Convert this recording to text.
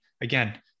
again